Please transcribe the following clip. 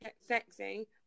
sexy